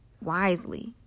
wisely